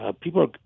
people